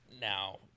Now